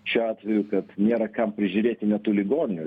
šiuo atveju kad nėra kam prižiūrėti net tų ligonių